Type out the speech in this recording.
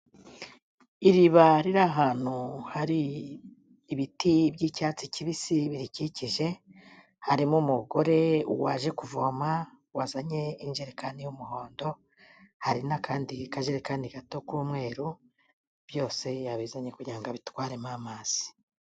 Iriba riri ahantu hari ibiti by'icyatsi kibisi birikikije, harimo umugore waje kuvoma wazanye ijerekani y'umuhondo, hari n'akandi kajerekani gato k'umweru, byose yabizanye kugira ngo abitwaremo amazi.